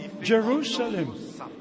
Jerusalem